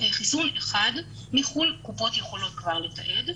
חיסון אחד מחו"ל קופות יכולות כבר לתעד.